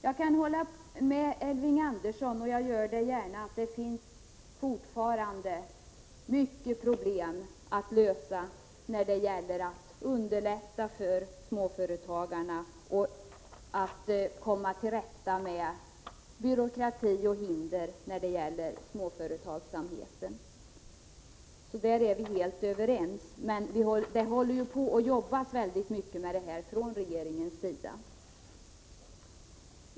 Jag kan hålla med Elving Andersson, och gör det gärna, att det fortfarande finns många problem att lösa när det gäller att underlätta för småföretagarna och att komma till rätta med byråkrati och hinder för småföretagsamheten. Därom är vi helt överens, och regeringen arbetar just nu mycket med detta.